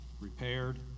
repaired